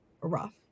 rough